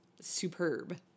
superb